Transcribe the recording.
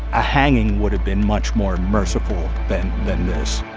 a hanging would have been much more merciful than this